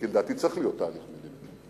כי לדעתי צריך להיות תהליך מדיני,